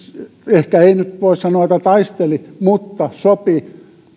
ehkä nyt voi sanoa että taisteli mutta sopi